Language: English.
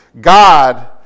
God